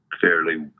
fairly